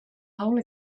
hole